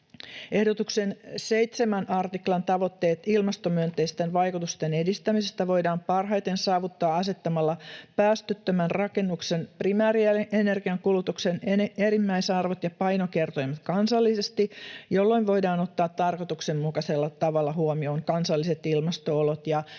Ehdotuksen 7 artiklan tavoitteet ilmastomyönteisten vaikutusten edistämisestä voidaan parhaiten saavuttaa asettamalla päästöttömän rakennuksen primäärienergiankulutuksen enimmäisarvot ja painokertoimet kansallisesti, jolloin voidaan ottaa tarkoituksenmukaisella tavalla huomioon kansalliset ilmasto-olot ja